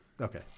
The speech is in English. okay